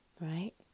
right